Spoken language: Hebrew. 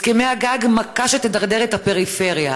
הסכמי הגג, מכה שתדרדר את הפריפריה.